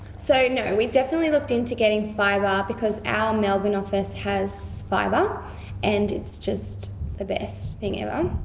so no, we definitely looked into getting fibre because our melbourne office has fibre and it's just the best thing ever.